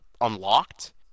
unlocked